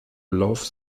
lauf